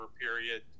period